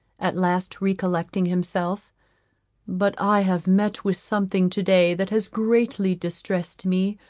at last recollecting himself but i have met with something to-day that has greatly distressed me,